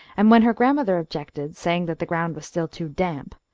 and when her grandmother objected, saying that the ground was still too damp,